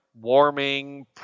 warming